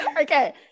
Okay